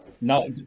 no